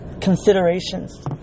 considerations